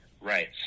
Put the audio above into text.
Right